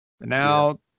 now